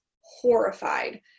horrified